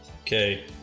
Okay